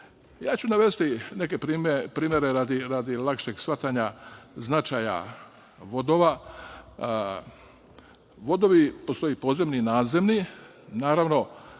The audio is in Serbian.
ću navesti neke primere, radi lakšeg shvatanja značaja vodova. Vodovi postoje podzemni i nadzemni. Naravno